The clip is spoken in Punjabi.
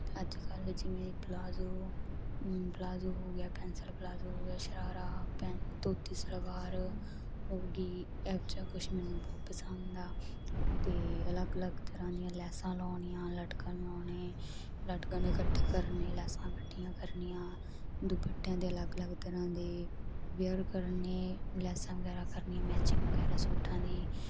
ਅੱਜ ਕੱਲ ਜਿਵੇਂ ਪਲਾਜੋ ਪਰਾਜੋ ਹੋ ਗਿਆ ਪੈਸਲ ਪਲਾਜੋ ਹੋ ਗਿਆ ਸ਼ਰਾਰਾ ਪੈ ਧੋਤੀ ਸਲਵਾਰ ਹੋਗੀ ਐਹੋ ਜਿਹਾ ਕੁਛ ਮੈਨੂੰ ਬਹੁਤ ਪਸੰਦ ਆ ਤੇ ਅਲੱਗ ਅਲੱਗ ਤਰਹਾਂ ਦੀਆਂ ਲੈਸਾਂ ਲਾਉਣੀਆਂ ਲਟਕਣ ਲਾਉਣੇ ਲਟਕਣ ਇਕੱਠੇ ਕਰਨੇ ਲੈਸਾਂ ਇਕੱਠੀਆਂ ਕਰਨੀਆਂ ਦੁਪੱਟਿਆਂ ਤੇ ਅਲੱਗ ਅਲੱਗ ਤਰ੍ਹਾਂ ਦੇ ਵੇਅਰ ਕਰਨੇ ਲੈਸਾਂ ਵਗੈਰਾ ਕਰਨੀਆਂ ਮੈਚਿੰਗ ਵਗੈਰਾ ਸੂਟਾਂ ਦੀ